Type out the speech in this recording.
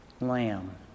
lamb